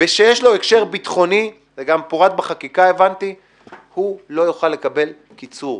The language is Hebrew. בהקשר ביטחוני לא יוכל לקבל קיצור.